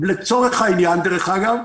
לצורך העניין, דרך אגב,